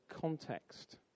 context